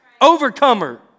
Overcomer